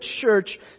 church